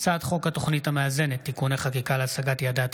הצעת חוק משפחות חיילים